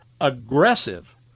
aggressive